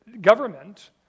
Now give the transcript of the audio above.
government